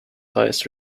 highest